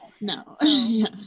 No